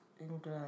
England